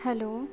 hello